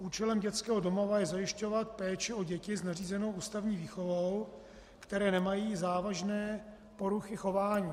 Účelem dětského domova je zajišťovat péči o děti s nařízenou ústavní výchovou, které nemají závažné poruchy chování.